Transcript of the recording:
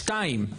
שתיים,